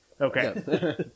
Okay